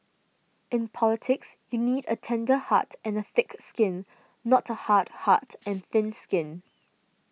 in politics you need a tender heart and a thick skin not a hard heart and thin skin